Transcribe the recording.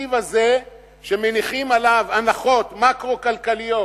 התקציב הזה שמניחים עליו הנחות מקרו-כלכליות